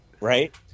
Right